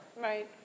Right